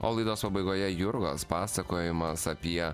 o laidos pabaigoje jurgos pasakojimas apie